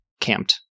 camped